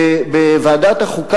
בוועדת החוקה,